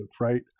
right